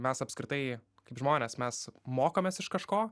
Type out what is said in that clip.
mes apskritai kaip žmonės mes mokomės iš kažko